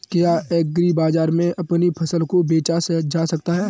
क्या एग्रीबाजार में अपनी फसल को बेचा जा सकता है?